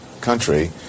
country